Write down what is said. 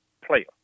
Player